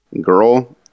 girl